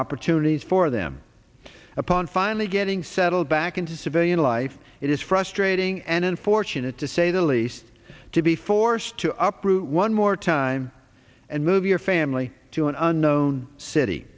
opportunities for them upon finally getting settled back into civilian life it is frustrating and unfortunate to say the least to be forced to up through one more time and move your family to an unknown city